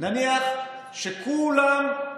נניח שכולם,